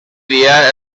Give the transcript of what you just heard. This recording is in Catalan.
dia